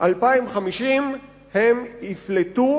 2050 הן יפלטו,